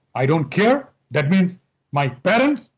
i don't care. that means my parents,